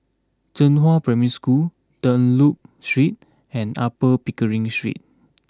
Zhenghua Primary School Dunlop Street and Upper Pickering Street